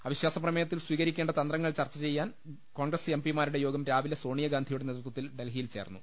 അവിശ്വാസപ്രമേയത്തിൽ സ്വീകരിക്കേണ്ട തന്ത്രങ്ങൾ ചർച്ച ചെയ്യാൻ കോൺഗ്രസ് എം പിമാരുടെ യോഗം രാവിലെ സോണിയാഗാന്ധിയുടെ നേതൃ ത്വത്തിൽ ഡൽഹിയിൽ ചേർന്നു